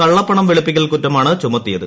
കള്ളപ്പണം വെളുപ്പിക്കൽ കുറ്റമാണ് ചുമത്തിയത്